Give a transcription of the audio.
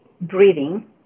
breathing